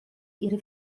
ihre